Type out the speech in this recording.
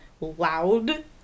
loud